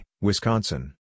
Wisconsin